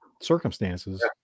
circumstances